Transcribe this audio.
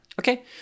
Okay